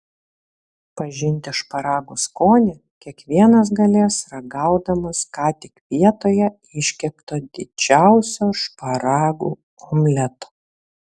pažinti šparagų skonį kiekvienas galės ragaudamas ką tik vietoje iškepto didžiausio šparagų omleto